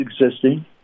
existing